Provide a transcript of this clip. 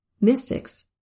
Mystics